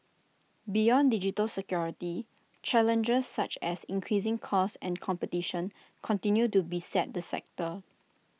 beyond digital security challenges such as increasing costs and competition continue to beset the sector